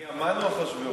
אני המן או אחשוורוש?